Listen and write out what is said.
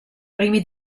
primi